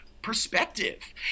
Perspective